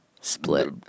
split